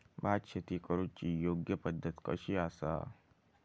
भात शेती करुची योग्य पद्धत कशी आसा?